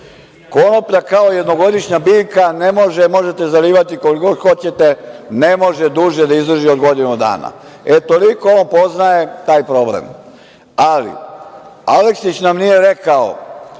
Konoplja, kao jednogodišnja biljka, ne može, možete zalivati koliko god hoćete, ne može duže da izdrži od godinu dana. Toliko on poznaje taj problem. Ali, Aleksić nam nije rekao,